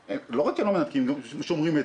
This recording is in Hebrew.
זה אמנם לא מים ולא חשמל,